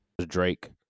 Drake